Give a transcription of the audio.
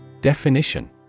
Definition